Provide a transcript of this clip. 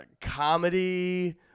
comedy